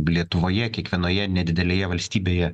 lietuvoje kiekvienoje nedidelėje valstybėje